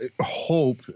hope